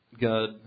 God